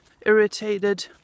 irritated